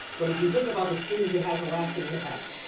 but if you think about the students, it has a lasting impact.